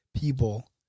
people